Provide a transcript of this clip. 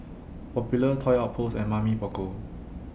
Popular Toy Outpost and Mamy Poko